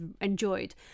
enjoyed